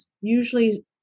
usually